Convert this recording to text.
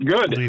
Good